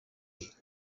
and